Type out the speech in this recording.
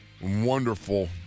wonderful